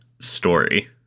story